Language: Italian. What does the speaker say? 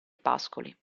pascoli